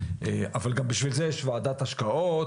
אבל גם בשביל זה יש ועדת השקעות,